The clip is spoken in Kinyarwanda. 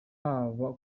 cyangwa